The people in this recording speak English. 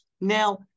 Now